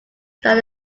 that